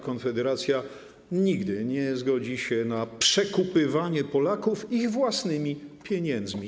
Konfederacja nigdy nie zgodzi się na przekupywanie Polaków ich własnymi pieniędzmi.